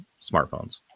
smartphones